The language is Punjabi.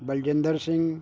ਬਲਜਿੰਦਰ ਸਿੰਘ